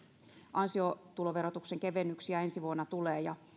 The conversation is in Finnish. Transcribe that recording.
ansiotuloverotuksen kevennyksiä ensi vuonna tulee